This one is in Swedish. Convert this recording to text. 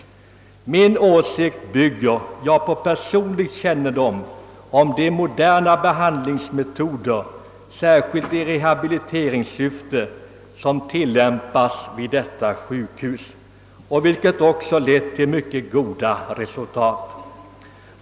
Min åsikt härvidlag bygger jag på personlig kännedom om de moderna behandlingsmetoder, särskilt i rehabiliteringssyfte, som tillämpas vid detta sjuk hus och som också lett till mycket goda resultat.